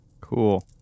Cool